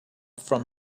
from